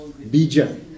bija